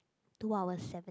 two hours seven